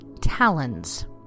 talons